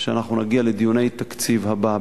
כשנגיע לדיוני התקציב הבא,